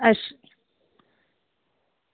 अच्छा